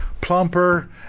plumper